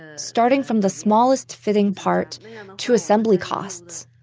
ah starting from the smallest fitting part to assembly costs.